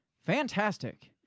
Fantastic